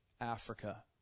Africa